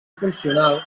funcional